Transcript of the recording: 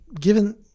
given